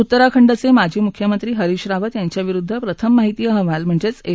उत्तराखंडचे माजी मुख्यमंत्री हरीश रावत यांच्या विरुद्ध प्रथम माहिती अहवाल म्हणजेच एफ